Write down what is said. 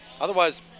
Otherwise